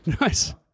Nice